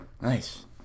nice